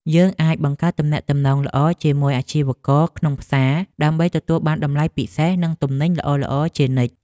យើងអាចបង្កើតទំនាក់ទំនងល្អជាមួយអាជីវករក្នុងផ្សារ ដើម្បីទទួលបានតម្លៃពិសេសនិងទំនិញល្អៗជានិច្ច។